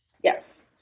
Yes